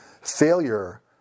failure